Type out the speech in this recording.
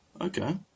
Okay